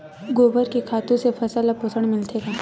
गोबर के खातु से फसल ल पोषण मिलथे का?